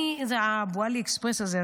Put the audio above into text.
זה אבו עלי אקספרס הזה.